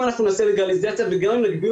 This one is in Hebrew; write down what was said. אם אנחנו נעשה לגליזציה וגם אם נגביל